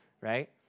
right